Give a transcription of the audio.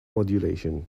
modulation